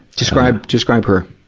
describe, describe her.